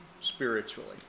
spiritually